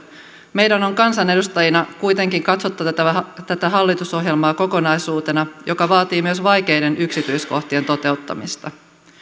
meidän on kansanedustajina kuitenkin katsottava tätä hallitusohjelmaa kokonaisuutena joka vaatii myös vaikeiden yksityiskohtien toteuttamista